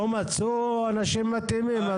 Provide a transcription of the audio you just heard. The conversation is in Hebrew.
לא מצאו אנשים מתאימים?